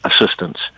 assistance